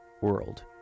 World